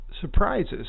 surprises